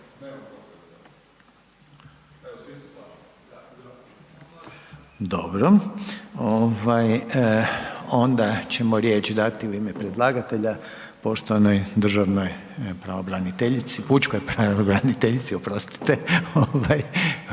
Dobro, onda ćemo riječ dati u ime predlagatelja poštovanoj pučkoj pravobraniteljici Lori Vidović. Izvolite.